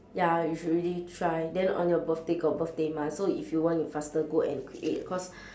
ya you should really try then on your birthday got birthday month so if you want you faster go and create cause